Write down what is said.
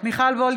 (קוראת בשם חברת הכנסת) מיכל וולדיגר,